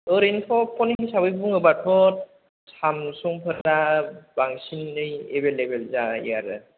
ओरैनोथ' फन हिसाबै बुङोब्लाथ' सामसुंफोरा बांसिनै एभेलेबेल जायो आरो